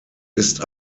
ist